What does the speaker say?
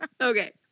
Okay